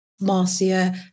Marcia